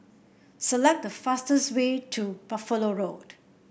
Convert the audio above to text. select the fastest way to Buffalo Road